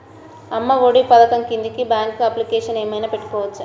అమ్మ ఒడి పథకంకి బ్యాంకులో అప్లికేషన్ ఏమైనా పెట్టుకోవచ్చా?